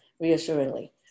reassuringly